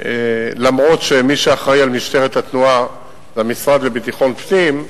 אף-על-פי שמי שאחראי על משטרת התנועה זה המשרד לביטחון פנים,